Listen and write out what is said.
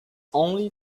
only